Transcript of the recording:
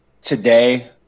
today